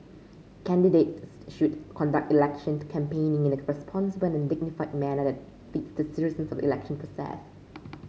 candidates should conduct election campaigning in a responsible and dignified manner that befits the seriousness of the election process